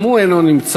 גם הוא אינו נמצא.